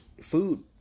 food